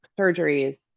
surgeries